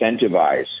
incentivize